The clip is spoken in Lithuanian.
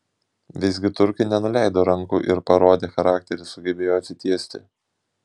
visgi turkai nenuleido rankų ir parodę charakterį sugebėjo atsitiesti